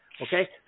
Okay